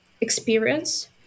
experience